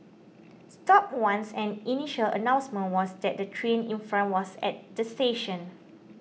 stopped once and the initial announcement was that the train in front was at the station